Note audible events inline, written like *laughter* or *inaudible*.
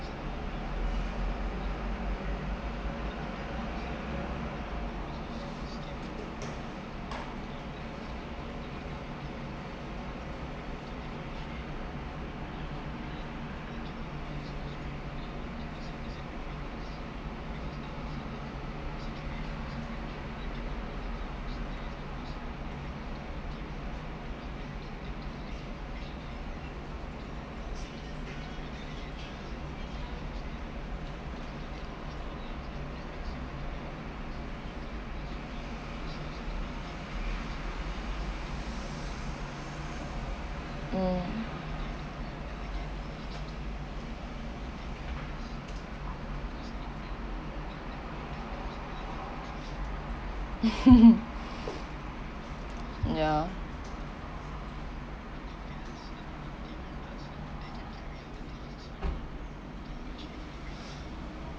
mm mm *laughs* ya